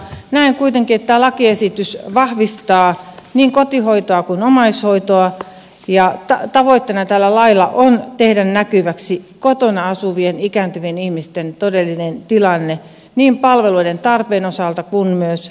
näen kuitenkin että tämä lakiesitys vahvistaa niin kotihoitoa kuin omaishoitoa ja tavoitteena tällä lailla on tehdä näkyväksi kotona asuvien ikääntyvien ihmisten todellinen tilanne niin palveluiden tarpeen osalta kuin muutenkin